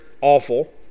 awful